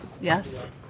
yes